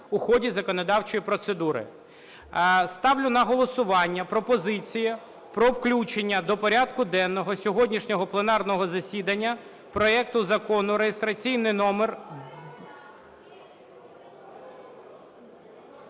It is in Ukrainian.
у ході законодавчої процедури. Ставлю на голосування пропозицію про включення до порядку денного сьогоднішнього пленарного засідання проекту Закону, реєстраційний номер...